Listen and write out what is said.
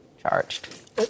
charged